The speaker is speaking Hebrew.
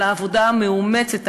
על העבודה המאומצת,